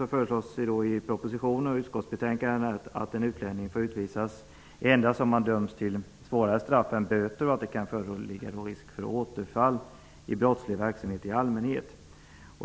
föreslås i propositionen och i utskottsbetänkandet att en utlänning får utvisas endast om man dömts till hårdare straff än till böter och om det kan föreligga risk för återfall till brottslig verksamhet i allmänhet.